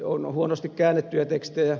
on huonosti käännettyjä tekstejä